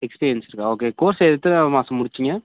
experience இருக்கா okay course எத்தனை மாதம் முடிச்சிங்க